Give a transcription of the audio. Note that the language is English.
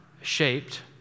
shaped